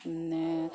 പിന്നെ